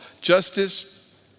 justice